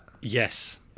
Yes